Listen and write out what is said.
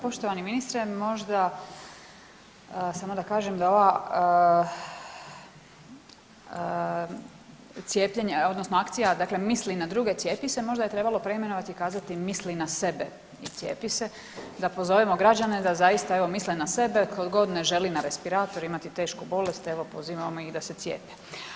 Poštovani ministre možda samo da kažem da ova cijepljenja odnosno akcija dakle „Misli na druge cijepi se“ možda je trebalo preimenovati i kazati „misli na sebe i cijepi se“ da pozovemo građane da zaista evo misle na sebe tko god ne želi na respirator, imati tešku bolest, evo pozivamo ih da se cijepe.